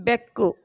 ಬೆಕ್ಕು